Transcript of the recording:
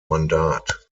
mandat